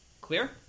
Clear